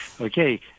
okay